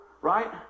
Right